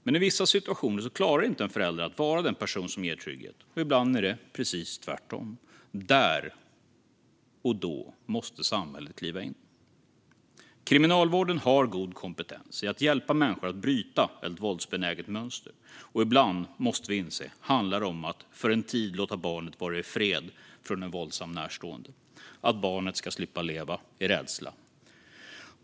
Men i vissa situationer klarar inte en förälder att vara den person som ger trygghet, utan det är ibland precis tvärtom. Där och då måste samhället kliva in. Kriminalvården har god kompetens att hjälpa människor att bryta ett våldsbenäget mönster. Och ibland, måste vi inse, handlar det om att för en tid låta barnet vara i fred från en våldsam närstående, att barnet ska slippa leva i rädsla.